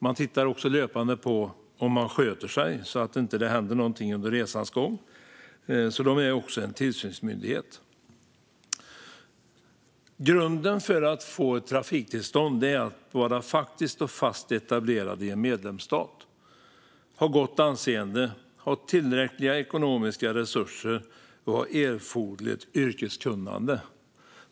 De tittar också löpande på om man sköter sig, så att det inte händer något under resans gång. De är alltså också en tillsynsmyndighet. Grunden för att få ett trafiktillstånd är att man är faktiskt och fast etablerad i en medlemsstat, har gott anseende, har tillräckliga ekonomiska resurser och har erforderligt yrkeskunnande.